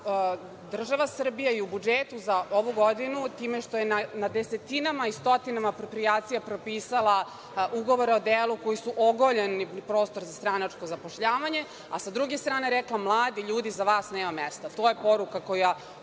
država Srbija i u budžetu za ovu godinu time što je na desetinama i stotinama aproprijacija propisala ugovore o delu koji su ogoljeni prostor za stranačko zapošljavanje, a sa druge strane rekla – mladi ljudi za vas nema mesta. To je poruka koju